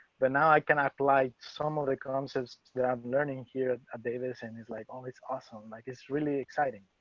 but now i can apply some of the concepts that are learning here at ah davis and it's like all this awesome like it's really exciting.